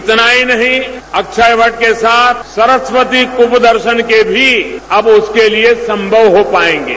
इतना ही नहीं अक्षयवट के साथ सरस्वती कुंभ दर्शन के भी अब उसके लिये संभव हो पायेंगे